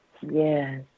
Yes